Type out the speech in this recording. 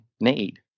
need